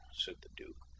said the duke.